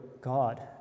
God